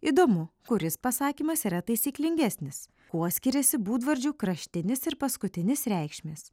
įdomu kuris pasakymas yra taisyklingesnis kuo skiriasi būdvardžių kraštinis ir paskutinis reikšmės